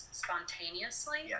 spontaneously